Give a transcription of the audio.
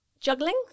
juggling